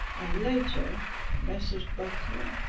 and later messrs. butler,